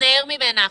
להתנער ממנה עכשיו.